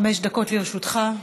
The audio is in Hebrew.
בבקשה, חמש דקות לרשותך.